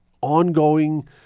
ongoing